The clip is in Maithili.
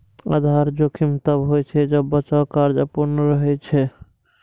आधार जोखिम तब होइ छै, जब बचाव कार्य अपूर्ण रहै छै